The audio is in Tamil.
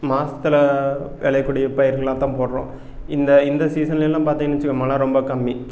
மாசத்தில் விளையக்கூடிய பயிர்களாக தான் போடுறோம் இந்த இந்த சீசன்லலாம் பார்த்தீங்க வச்சிக்கோங்க மழை ரொம்ப கம்மி